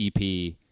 EP